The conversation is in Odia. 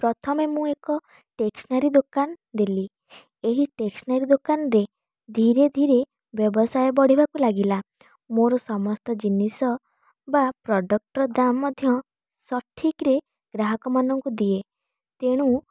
ପ୍ରଥମେ ମୁଁ ଏକ ଟେକ୍ସନାରୀ ଦୋକାନ ଦେଲି ଏହି ଟେକ୍ସନାରୀ ଦୋକାନରେ ଧିରେ ଧିରେ ବ୍ୟବସାୟ ବଢ଼ିବାକୁ ଲାଗିଲା ମୋର ସମସ୍ତ ଜିନିଷ ବା ପ୍ରଡ଼କ୍ଟର ଦାମ ମଧ୍ୟ ସଠିକରେ ଗ୍ରାହକମାନଙ୍କୁ ଦିଏ ତେଣୁ